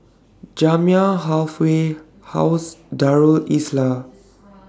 Jamiyah Halfway House Darul Islah